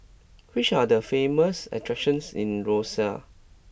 which are the famous attractions in Roseau